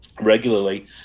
regularly